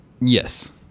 Yes